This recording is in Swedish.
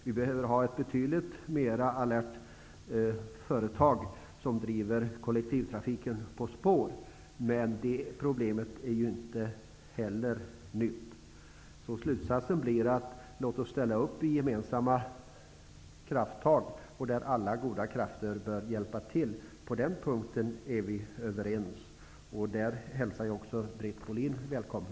Vi behöver ha ett betydligt mer alert företag som driver kollektivtrafiken på spår. Det problemet är ju inte heller nytt. Låt oss ställa upp i gemensamma krafttag, där alla goda krafter bör hjälpa till! Det blir slutsatsen. På den punkten är vi överens. I det arbetet hälsar jag också Britt Bohlin välkommen.